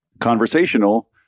conversational